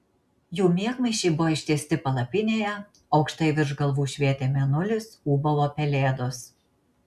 jų miegmaišiai buvo ištiesti palapinėje aukštai virš galvų švietė mėnulis ūbavo pelėdos